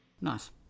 Nice